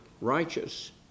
righteous